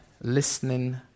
listening